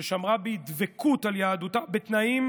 ששמרה בדבקות על יהדותה בתנאים